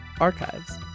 archives